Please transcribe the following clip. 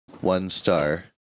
one-star